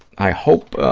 i hope